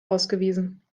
ausgewiesen